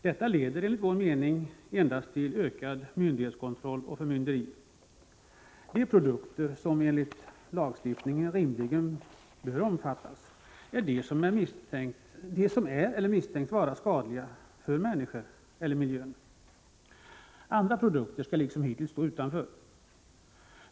Detta leder enligt vår mening enbart till ökad myndighetskontroll och förmynderi. De produkter som en lagstiftning rimligen bör omfatta är de som är eller misstänks vara skadliga för människor eller miljö. Andra produkter skall liksom hittills stå utanför.